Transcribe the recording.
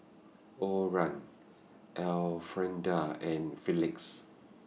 Orah Elfrieda and Felix